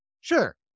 sure